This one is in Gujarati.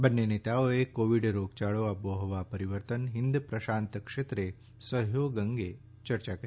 બંને નેતાઓએ કોવિડ રોગયાળો આબોહવા પરિવર્તન હિંદ પ્રશાંત ક્ષેત્રે સહયોગ અંગે ચર્ચા કરી